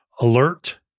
alert